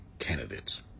candidates